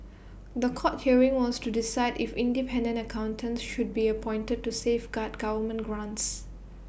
The Court hearing was to decide if independent accountants should be appointed to safeguard government grants